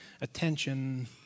attention